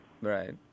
Right